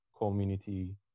community